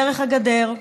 דרך הגדר.